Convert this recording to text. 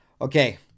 Okay